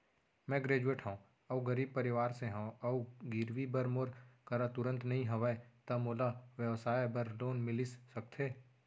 मैं ग्रेजुएट हव अऊ गरीब परवार से हव अऊ गिरवी बर मोर करा तुरंत नहीं हवय त मोला व्यवसाय बर लोन मिलिस सकथे?